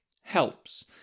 helps